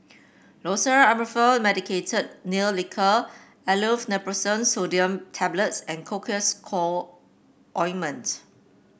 Loceryl Amorolfine Medicated Nail Lacquer Aleve Naproxen Sodium Tablets and Cocois Co Ointment